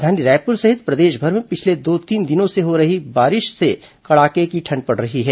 राजधानी रायपुर सहित प्रदेशभर में पिछले दो तीन दिनों से हो रही बारिश से कड़ाके की ठंड पड़ रही है